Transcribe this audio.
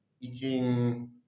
eating